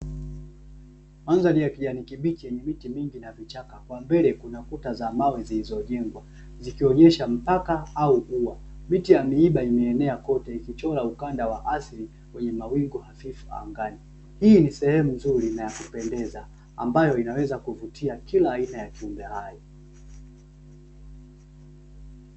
Mandhari ya kijani kibichi yenye miti mingi na vichak, kwa mbele kuna kuta za mawe zilizojengwa zikionyesha mpaka au ua. Miti ya miiba imeenea kote ikichora ukanda wa asili wenye mawingu hafifu angani. Hii ni sehemu nzuri na ya kupendeza, ambayo inaweza kuvutia kila aina ya kiumbe hai.